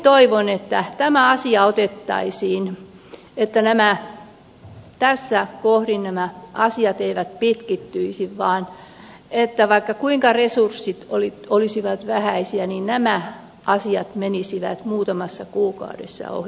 toivon että tämä asia otettaisiin esiin että tässä kohdin nämä asiat eivät pitkittyisi vaan vaikka kuinka resurssit olisivat vähäisiä niin nämä asiat menisivät muutamassa kuukaudessa ohi